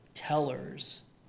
tellers